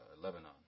Lebanon